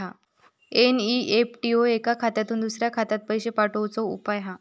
NEFT ह्यो एका खात्यातुन दुसऱ्या खात्यात पैशे पाठवुचो उपाय हा